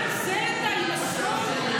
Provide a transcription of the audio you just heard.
גם את זה אתה לא יכול?